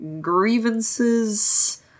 grievances